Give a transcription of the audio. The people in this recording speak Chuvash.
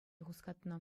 хускатнӑ